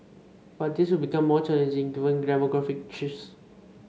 but this will become more challenging given demographic shifts